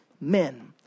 men